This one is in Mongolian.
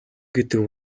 гэдэг